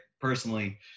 personally